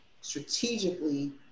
strategically